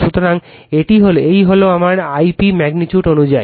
সুতরাং এই হল আমার I p ম্যাগনিটিউড অনুযায়ী